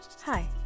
Hi